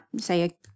say